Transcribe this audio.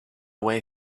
way